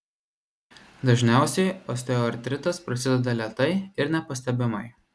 dažniausiai osteoartritas prasideda lėtai ir nepastebimai